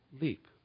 Leap